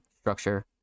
structure